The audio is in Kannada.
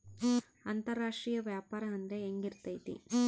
ಅಂತರಾಷ್ಟ್ರೇಯ ವ್ಯಾಪಾರ ಅಂದ್ರೆ ಹೆಂಗಿರ್ತೈತಿ?